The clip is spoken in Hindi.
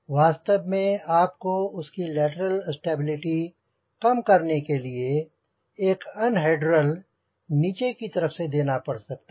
वास्तव में आपको उसकी लैटरल स्टेबिलिटी कम करने के लिए एक अनहेडरल नीचे की तरफ से देना पड़ सकता है